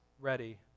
ready